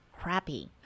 crappy